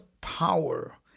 power